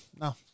no